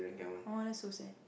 !aw! that's so sad